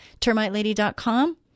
Termitelady.com